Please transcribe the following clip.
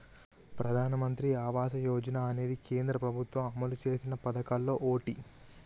ప్రధానమంత్రి ఆవాస యోజన అనేది కేంద్ర ప్రభుత్వం అమలు చేసిన పదకాల్లో ఓటి